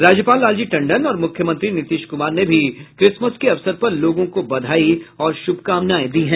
राज्यपाल लालजी टंडन और मुख्यमंत्री नीतीश कुमार ने भी क्रिसमस के अवसर पर लोगों को बधाई और शुभकामनाएं दी हैं